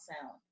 sound